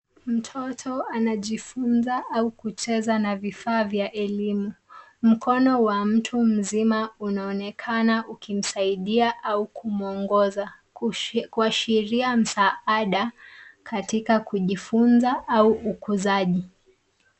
Mtoto anajifunza na vifaa vya elimu, mkono wa mtu mzima unaonekana ukimsaidia au kumwongoza kuashiria msaada katika kujifunza au ukuzaji.